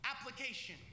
application